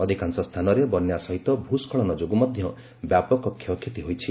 ଅଧିକାଂଶ ସ୍ଥାନରେ ବନ୍ୟା ସହିତ ଭ୍ସ୍କଳନ ଯୋଗୁଁ ମଧ୍ୟ ବ୍ୟାପକ କ୍ଷୟକ୍ଷତି ହୋଇଛି